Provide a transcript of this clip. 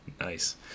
Nice